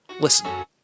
Listen